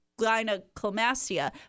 gynecomastia